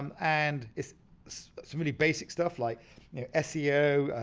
um and it's so really basic stuff like you know seo,